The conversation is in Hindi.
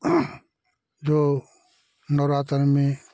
जो नवरातन में